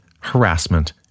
harassment